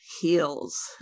heals